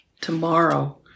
tomorrow